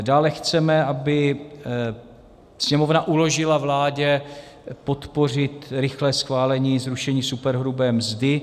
Dále chceme, aby Sněmovna uložila vládě podpořit rychlé schválení zrušení superhrubé mzdy.